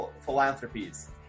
philanthropies